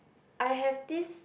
I have this